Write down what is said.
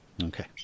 Okay